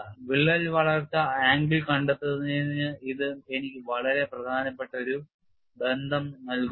വിള്ളൽ വളർച്ചാ ആംഗിൾ കണ്ടെത്തുന്നതിന് ഇത് എനിക്ക് വളരെ പ്രധാനപ്പെട്ട ഒരു ബന്ധം നൽകുന്നു